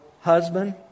husband